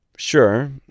Sure